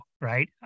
right